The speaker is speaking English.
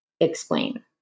explain